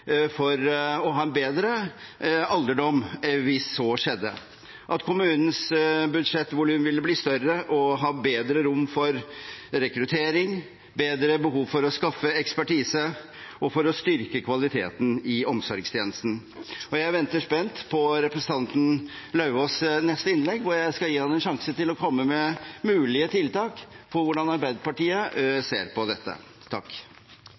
for en bedre alderdom, hvis så skjedde, at kommunens budsjettvolum ville bli større og ha bedre rom for rekruttering, bedre rom for å skaffe ekspertise og for å styrke kvaliteten i omsorgstjenesten. Jeg venter spent på representanten Lauvås’ neste innlegg, hvor jeg skal gi ham en sjanse til å komme med mulige tiltak som viser hvordan Arbeiderpartiet ser på dette.